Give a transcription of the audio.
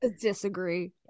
Disagree